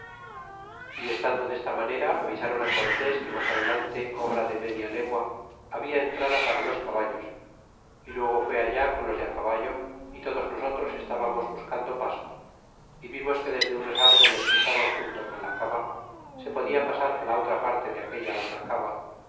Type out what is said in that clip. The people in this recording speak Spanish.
y estando desta manera avisron á cortés que mas adelante obra de media legua habia entrada para los caballos y luego fué allá con los de a caballo y todos nosotros estábamos buscando paso y vimos que desde unos árboles que estaban junto con la cava se podia pasar á la otra parte de aquella honda cava